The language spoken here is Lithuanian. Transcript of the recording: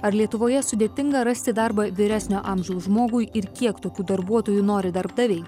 ar lietuvoje sudėtinga rasti darbą vyresnio amžiaus žmogui ir kiek tokių darbuotojų nori darbdaviai